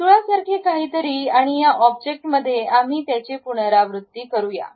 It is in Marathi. वर्तुळासारखे काहीतरी आणि या ऑब्जेक्टमध्ये आम्ही त्याची पुनरावृत्ती करूया